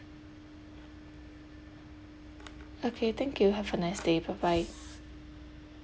okay thank you have a nice day bye bye